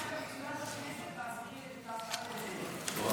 זה יצוין בכנסת ב-10 בדצמבר.